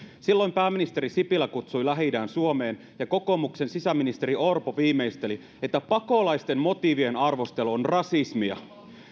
silloin pääministeri sipilä kutsui lähi idän suomeen ja kokoomuksen sisäministeri orpo viimeisteli että pakolaisten motiivien arvostelu on rasismia